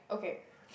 okay